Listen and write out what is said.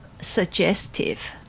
Suggestive